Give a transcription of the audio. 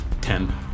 Ten